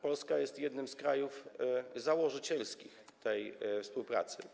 Polska jest jednym z krajów założycielskich tej współpracy.